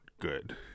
good